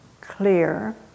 clear